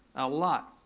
a lot.